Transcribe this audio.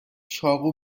چاقو